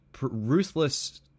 ruthless